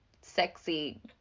sexy